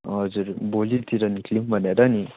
हजुर भोलितिर निक्ल्यौँ भनेर नि